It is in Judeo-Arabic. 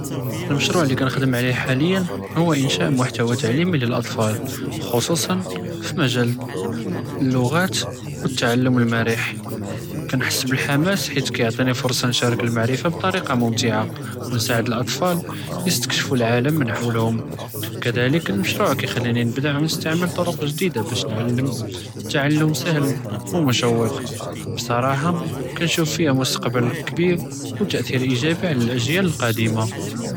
משרוע' לי כנע'דּם עליה חאליא הוא אינשאא מחְתוָוא תעלימי לאטְפאל ח'צוסאן פ־מג'אל לֻע'את וּתעלום אלמרח, כנחס בּ־אלחמאס חית כיעטִיני פורסה נשארכ אלמעְרפה בּטריקה מומתעה ונסעד אטְפאל יסתקשפו אלעאלם מן חוולהום, וכד'לכּ אלמשרוע' כִּיכּלִיני נבדע ונסתעמל טֻרק ג'דידה באש נעלם תעלום סהְל ומשווק, בּצראחה כנשוף פיהא מוסתקבּל כביר ואת'יר איג'אבי עלא אג'יאַל קאדמה.